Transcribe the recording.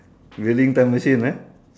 building time machine ah